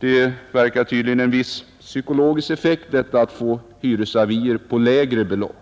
Det verkar tydligen ha en viss psykologisk effekt att man får hyresavier på lägre belopp.